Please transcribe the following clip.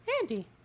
Andy